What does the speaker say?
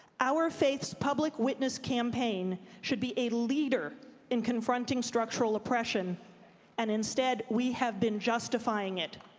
our faith's public witness campaign should be a leader in confronting structural oppression and instead we have been justifying it.